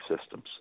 systems